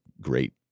great